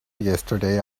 yesterday